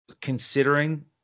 considering